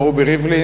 מר רובי ריבלין,